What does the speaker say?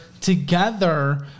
together